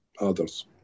others